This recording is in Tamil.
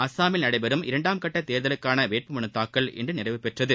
அஸ்ஸாமில் நடைபெறும் இரன்டாம் கட்ட தேர்தலுக்கான வேட்புமனு தாக்கல் இன்று நிறைவு பெற்றது